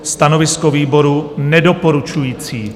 Stanovisko výboru: doporučující.